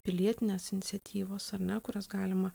pilietinės iniciatyvos ar ne kurias galima